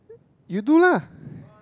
you do lah